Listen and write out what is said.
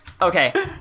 Okay